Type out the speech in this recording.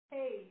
Hey